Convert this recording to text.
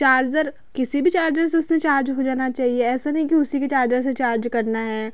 charger किसी भी charger से उसने चार्ज हो जाना चाहिए ऐसा नहीं कि उसी की चार्जर से चार्ज करना है